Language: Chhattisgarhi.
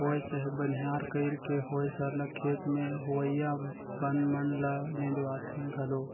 होए चहे बनिहार कइर के होए सरलग खेत में होवइया बन मन ल निंदवाथें घलो